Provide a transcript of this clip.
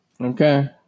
Okay